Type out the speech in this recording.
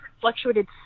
fluctuated